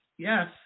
Yes